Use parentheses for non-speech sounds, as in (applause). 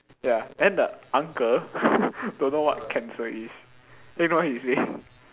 ya then the uncle (laughs) don't know what cancer is then you know what he say